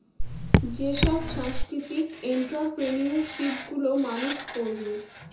যেসব সাংস্কৃতিক এন্ট্ররপ্রেনিউরশিপ গুলো মানুষ করবে